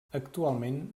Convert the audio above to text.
actualment